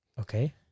okay